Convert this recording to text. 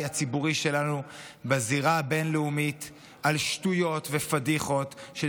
הציבורי שלנו בזירה הבין-לאומית על שטויות ופדיחות של